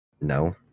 No